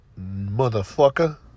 motherfucker